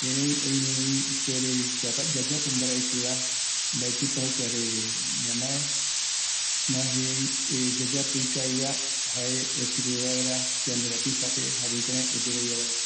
erei oimebi ipuere vi yayapo mbaereiki va mbaetita jokua re ñamae mas bien yayapo ikavi va jae osirive vaera yanderapiza pe jare jukurei oyerovia vaera